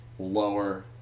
Lower